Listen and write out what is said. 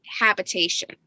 habitation